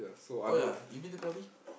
oh ya you've been to Krabi